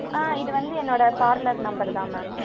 ஆ இது வந்து என்னோட பார்லர் நம்பர் தான் மேம்